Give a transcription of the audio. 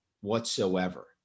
whatsoever